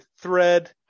thread